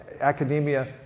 academia